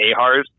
ahars